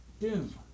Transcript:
doom